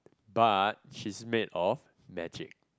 but she's made of magic